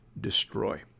destroy